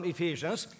Ephesians